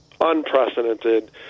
unprecedented